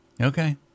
Okay